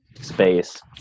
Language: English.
space